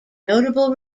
notable